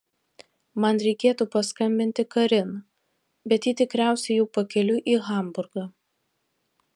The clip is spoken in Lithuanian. man reikėtų paskambinti karin bet ji tikriausiai jau pakeliui į hamburgą